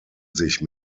sich